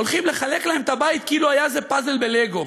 הולכים לחלק להם את הבית כאילו היה איזה פאזל בלגו.